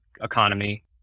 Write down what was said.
economy